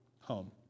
home